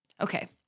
Okay